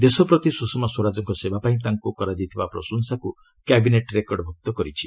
ଦେଶ ପ୍ରତି ସୁଷମା ସ୍ୱରାଜଙ୍କ ସେବାପାଇଁ ତାଙ୍କୁ କରାଯାଇଥିବା ପ୍ରଶଂସାକୁ କ୍ୟାବିନେଟ୍ ରେକର୍ଡ଼ଭୁକ୍ତ କରିଛି